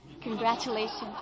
Congratulations